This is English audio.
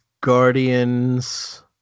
Guardians